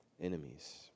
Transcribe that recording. enemies